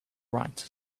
right